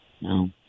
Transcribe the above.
No